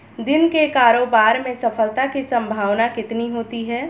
दिन के कारोबार में सफलता की संभावना कितनी होती है?